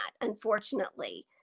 unfortunately